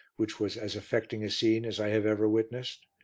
which was as affecting a scene as i have ever witnessed.